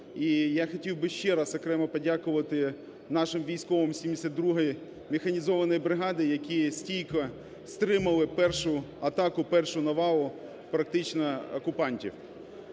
І я хотів би ще раз окремо подякувати нашим військовим 72-й механізованій бригаді, якій стійко стримали першу атаку, першу навалу практично окупантів.